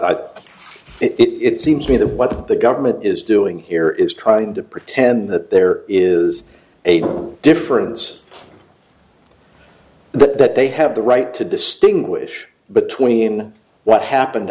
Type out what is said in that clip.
thought it seemed to be that what the government is doing here is trying to pretend that there is a difference but that they have the right to distinguish between what happened